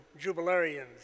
jubilarians